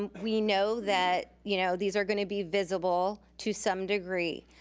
um we know that you know these are gonna be visible to some degree.